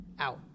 ow